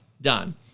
done